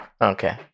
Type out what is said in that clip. okay